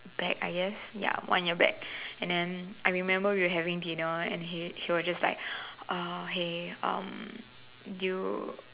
back I guess ya one year back and then I remember we were having dinner and he was just like uh hey um do you